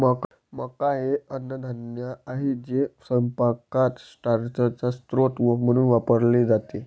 मका हे अन्नधान्य आहे जे स्वयंपाकात स्टार्चचा स्रोत म्हणून वापरले जाते